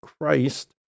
Christ